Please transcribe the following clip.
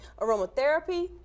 aromatherapy